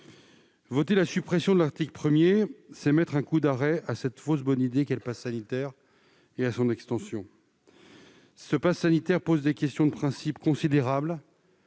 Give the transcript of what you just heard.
Voter la suppression de l'article 1, c'est mettre un coup d'arrêt à cette fausse bonne idée qu'est le passe sanitaire et à son extension. Ce passe sanitaire pose des questions de principe considérables